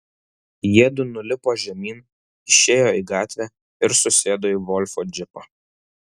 jiedu nulipo žemyn išėjo į gatvę ir susėdo į volfo džipą